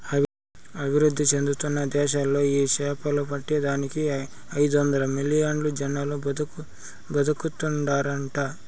అభివృద్ధి చెందుతున్న దేశాలలో ఈ సేపలు పట్టే దానికి ఐదొందలు మిలియన్లు జనాలు బతుకుతాండారట